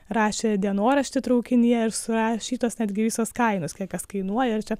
rašė dienoraštį traukinyje ir surašytos netgi visos kainos kiek kas kainuoja ir čia